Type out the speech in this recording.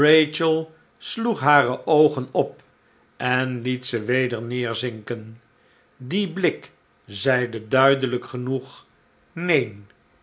sloeg hare oogen op en liet ze weder neerzinken die blik zeide duidelijk genoeg neen